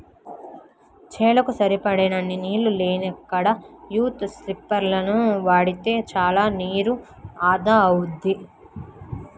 చేలకు సరిపడినన్ని నీళ్ళు లేనికాడ యీ స్పింకర్లను వాడితే చానా నీరు ఆదా అవుద్ది